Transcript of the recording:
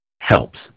helps